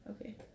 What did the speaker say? Okay